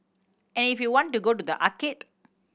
and if you want to go to the arcade